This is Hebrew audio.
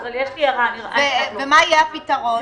ומה יהיה הפתרון?